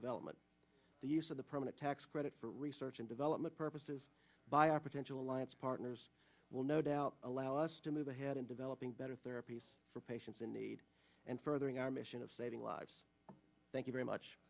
development the use of the permanent tax credit for research and development purposes by opportunity alliance partners will no doubt allow us to move ahead in developing better therapies for patients in need and furthering our mission of saving lives thank you very much